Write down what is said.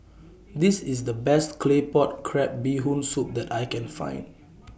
This IS The Best Claypot Crab Bee Hoon Soup that I Can Find